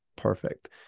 perfect